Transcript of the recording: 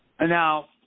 Now